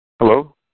Hello